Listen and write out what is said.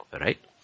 right